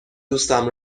دوستم